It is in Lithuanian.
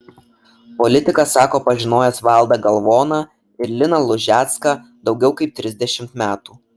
politikas sako pažinojęs valdą galvoną ir liną lužecką daugiau kaip trisdešimt metų